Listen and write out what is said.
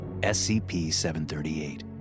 SCP-738